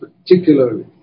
particularly